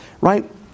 right